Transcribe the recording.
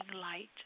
light